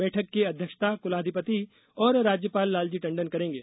बैठक की अध्यक्षता कुलाधिपति और राज्यपाल लालजी टंडन करेंगे